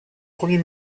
premier